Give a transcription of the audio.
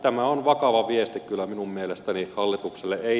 tämä on vakava viesti kyllä minun mielestäni hallitukselle